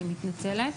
אני מתנצלת.